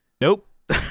nope